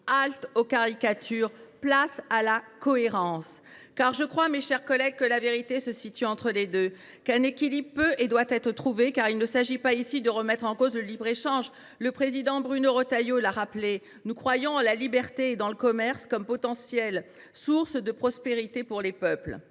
halte aux caricatures, place à la cohérence ! Mes chers collègues, la vérité se situe entre les deux : je crois qu’un équilibre peut et doit être trouvé, car il ne s’agit pas ici de remettre en cause le libre échange. Le président de notre groupe, Bruno Retailleau, l’a rappelé : nous croyons en la liberté et dans le commerce comme potentielles sources de prospérité des peuples.